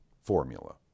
formula